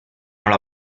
alla